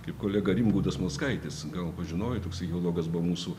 kaip kolega rimgaudas mockaitis gal pažinojot toksai geologas buvo mūsų